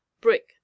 brick